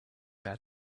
their